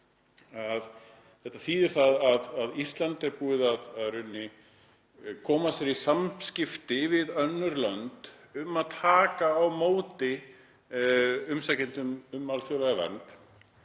Þetta þýðir að Ísland er búið að koma sér í samskipti við önnur lönd um að taka á móti umsækjendum um alþjóðlega vernd